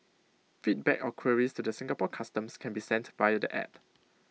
feedback or queries to the Singapore Customs can be sent via the app